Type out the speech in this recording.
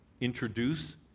introduce